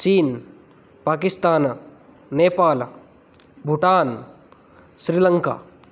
China Pakistan Nepal Bhutan Sri Lanka